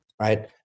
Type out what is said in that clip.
right